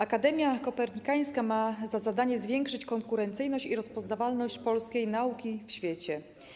Akademia Kopernikańska ma za zadanie zwiększenie konkurencyjności i rozpoznawalności polskiej nauki w świecie.